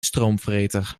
stroomvreter